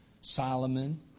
Solomon